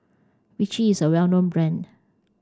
Vichy is a well known brand